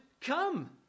come